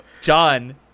John